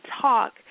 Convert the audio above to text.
talk